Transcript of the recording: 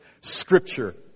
Scripture